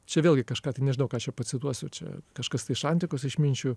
čia vėlgi kažką tai nežinau ką čia pacituosiu čia kažkas tai iš antikos išminčių